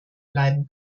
bleiben